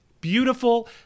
beautiful